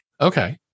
Okay